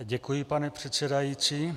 Děkuji, pane předsedající.